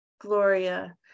gloria